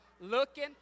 looking